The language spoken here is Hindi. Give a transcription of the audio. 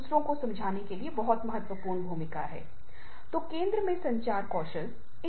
दूसरा यह है कि अधिक महिला कर्मचारी उच्च शिक्षा में और बाद में व्यावसायिक नौकरियों में पहले से अधिक प्रवेश कर रहे हैं